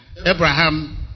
Abraham